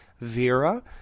Vera